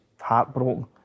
heartbroken